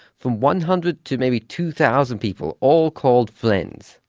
from one hundred to maybe two thousand people, all called friends.